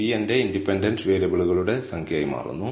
P എന്റെ independent വേരിയബിളുകളുടെ സംഖ്യയായി മാറുന്നു